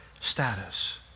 status